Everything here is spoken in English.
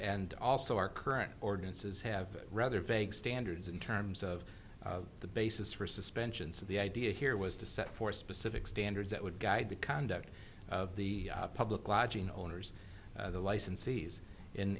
also our current ordinances have rather vague standards in terms of the basis for suspension so the idea here was to set for specific standards that would guide the conduct of the public lodging owners the licensees